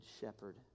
shepherd